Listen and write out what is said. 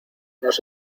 nos